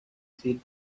filled